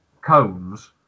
cones